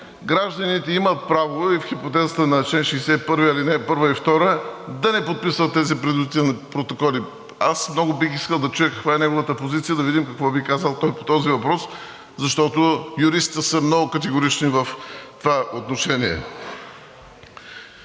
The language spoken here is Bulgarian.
гражданите имат право и в хипотезата на чл. 61, ал. 1 и 2 да не подписват тези принудителни протоколи. Аз много бих искал да чуя каква е неговата позиция, да видим какво би казал той по този въпрос, защото юристите са много категорични в това отношение.